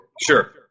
Sure